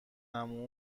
عمو